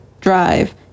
drive